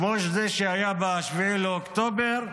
כמו זה שהיה ב-7 באוקטובר,